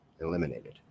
Eliminated